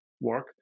Work